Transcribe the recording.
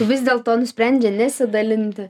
vis dėlto nusprendžia nesidalinti